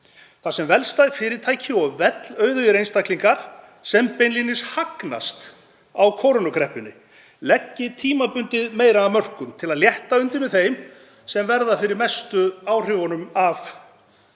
þar sem vel stæð fyrirtæki og vellauðugir einstaklingar, sem beinlínis hagnast á kórónukreppunni, leggi tímabundið meira af mörkum til að létta undir með þeim sem verða fyrir mestu áhrifunum af